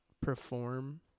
perform